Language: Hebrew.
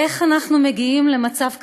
איך אנחנו מגיעים למצב כזה,